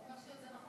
זה לא אומר שזה נכון,